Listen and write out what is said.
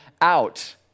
out